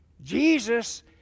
Jesus